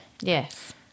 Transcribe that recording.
Yes